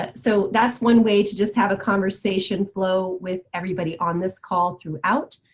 but so that's one way to just have a conversation flow with everybody on this call throughout.